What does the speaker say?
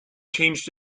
changed